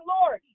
Lord